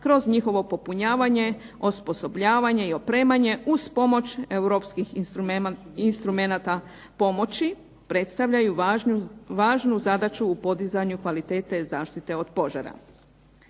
kroz njihovo popunjavanje, osposobljavanje i opremanja uz pomoć europskih instrumenata pomoći predstavljaju važnu zadaću u podizanju kvalitete zaštite od požara.